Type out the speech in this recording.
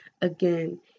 again